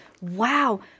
Wow